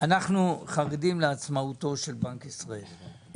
אנחנו חרדים לעצמאותו של בנק ישראל,